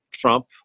Trump